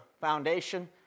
foundation